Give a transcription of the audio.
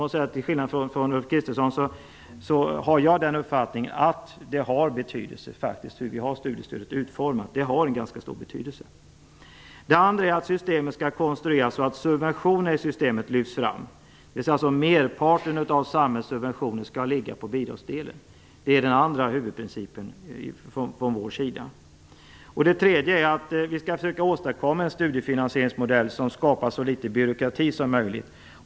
Till skillnad från Ulf Kristersson har jag uppfattningen att det har en ganska stor betydelse hur studiestödet är utformat. En annan huvudprincip från vår sida är att systemet skall konstrueras så att subventionerna i systemet lyfts fram. Merparten av samhällssubventionen skall ligga på bidragsdelen. För det tredje anser vi att vi skall försöka åstadkomma en studiefinansieringsmodell som skapar så litet byråkrati som möjligt.